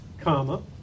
comma